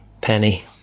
Penny